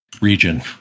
region